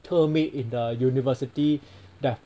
term it in the university there